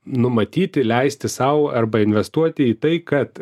numatyti leisti sau arba investuoti į tai kad